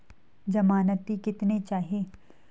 ज़मानती कितने चाहिये?